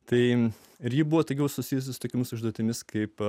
taip ribotai gausus į susitikimus užduotimis kaip